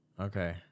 Okay